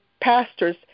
pastors